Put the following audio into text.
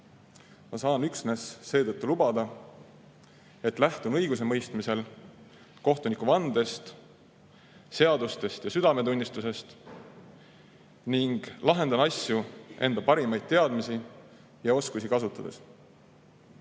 Ma saan seetõttu üksnes lubada, et lähtun õigusemõistmisel kohtunikuvandest, seadustest ja südametunnistusest ning lahendan asju enda parimaid teadmisi ja oskusi kasutades. Minu